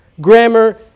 grammar